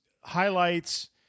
highlights